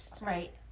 Right